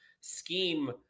scheme